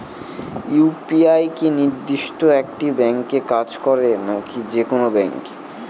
UPI কি নির্দিষ্ট একটি ব্যাংকে কাজ করে নাকি যে কোনো ব্যাংকে?